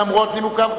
למרות נימוקיו,